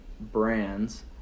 brands